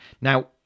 Now